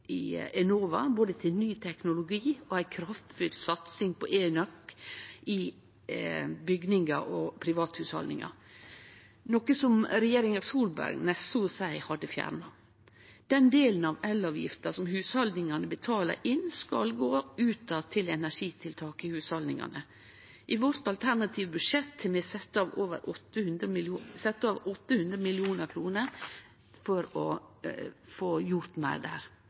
Enova, både til ny teknologi og ei kraftfull satsing på enøk i bygningar og private hushald, noko som regjeringa Solberg så å seie hadde fjerna. Den delen av elavgifta som hushalda betaler inn, skal gå ut igjen til energitiltak i hushalda. I vårt alternative budsjett har vi sett av 800 mill. kr for å få gjort meir der,